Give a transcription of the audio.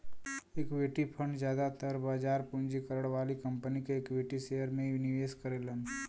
equity fund जादातर बाजार पूंजीकरण वाली कंपनी के इक्विटी शेयर में निवेश करलन